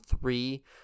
three